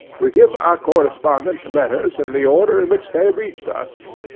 we give our correspondent's letters in the order in which they reached us.